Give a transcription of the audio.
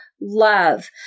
love